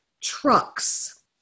trucks